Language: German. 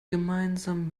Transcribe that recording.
gemeinsam